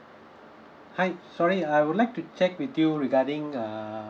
hi sorry I would like to check with you regarding err